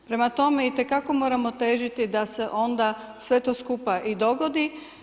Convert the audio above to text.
Prema tome, itekako moramo težiti da se onda sve to skupa i dogodi.